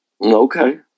Okay